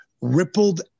rippled